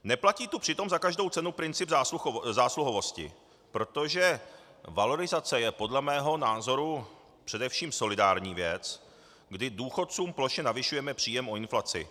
Neplatí tu přitom za každou cenu princip zásluhovosti, protože valorizace je podle mého názoru především solidární věc, kdy důchodcům plošně navyšujeme příjem o inflaci.